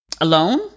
alone